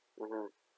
mmhmm